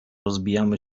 rozbijamy